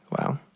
Wow